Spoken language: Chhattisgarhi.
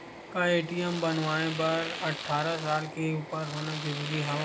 का ए.टी.एम बनवाय बर अट्ठारह साल के उपर होना जरूरी हवय?